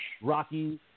Rocky